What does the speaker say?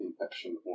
infection